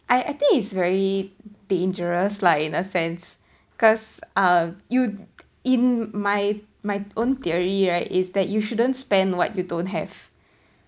I I think it's very dangerous lah in a sense cause uh you in my my own theory right is that you shouldn't spend what you don't have